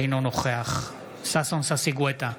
אינו נוכח ששון ששי גואטה,